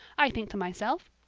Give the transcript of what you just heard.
i think to myself,